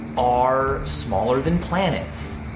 are smaller than planets.